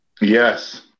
Yes